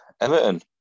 Everton